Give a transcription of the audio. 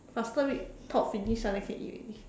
faster we talk finish ah then can eat already